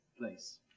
place